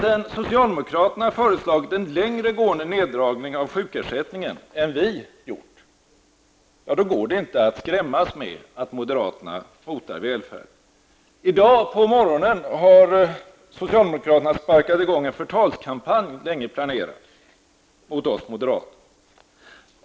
Sedan socialdemokraterna har föreslagit en längre gående neddragning av sjukersättningen än vi går det inte att skrämmas med att moderaterna hotar välfärden. I dag på morgonen har socialdemokraterna sparkat i gång en länge planerad förtalskampanj mot oss moderater.